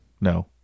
No